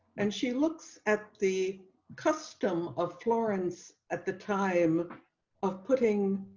and she looks at the custom of florence at the time of putting